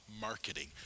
marketing